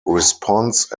response